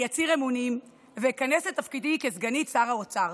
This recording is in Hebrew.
אני אצהיר אמונים ואיכנס לתפקידי כסגנית שר האוצר.